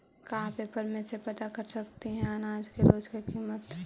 का पेपर में से पता कर सकती है अनाज के रोज के किमत?